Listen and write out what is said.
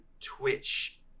Twitch